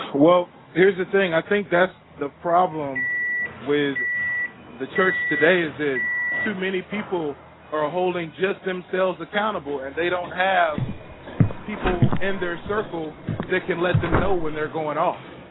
well, here's the thing, i think that's the problem the church today, is it too many people are holding just themselves accountable and they don't have people in their circle that can let them know when they're going off.